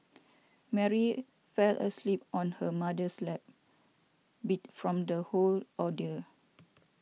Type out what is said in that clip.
Mary fell asleep on her mother's lap beat from the whole ordeal